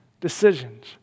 decisions